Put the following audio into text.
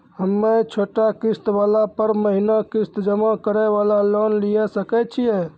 हम्मय छोटा किस्त वाला पर महीना किस्त जमा करे वाला लोन लिये सकय छियै?